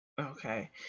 Okay